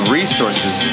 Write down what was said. resources